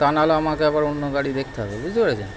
তা নাহলে আমাকে আবার অন্য গাড়ি দেখতে হবে বুঝতে পেরেছেন